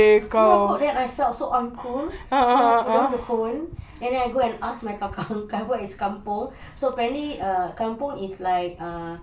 terus aku then I felt so uncool I put down the phone and then I go ask my kakak angkat what is kampung so apparently ah kampung is like ah